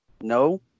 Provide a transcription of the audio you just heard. No